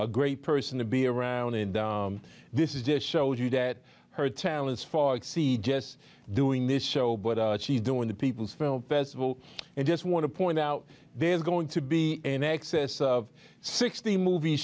great person to be around in this is just shows you that her talents far exceed just doing this show but she's doing the people's film festival and just want to point out there's going to be in excess of sixty movie